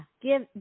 give